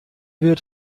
wird